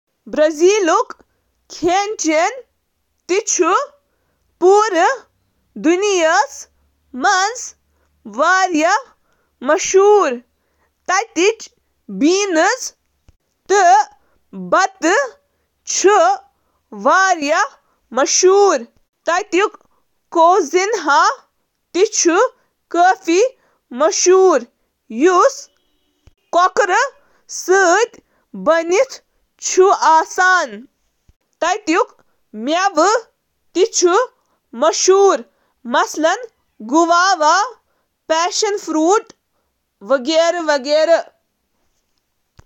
کینٛہہ عام پکوان چِھ فیجواڈا، یُس ملکُک قومی ڈش سمجھنہٕ چُھ یوان، تہٕ علاقٲیی کھیٚن یتھ کٔنۍ زَن beiju, feijao tropeiro, vatapa, moqueca capixaba, polenta ,اطالوی کھٮ۪نو منٛزٕ, تہٕ اکاراجے ,افریقی کھٮ۪نو منٛزٕ ۔